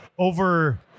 over